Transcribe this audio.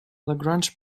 lagrange